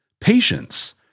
Patience